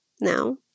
now